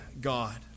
God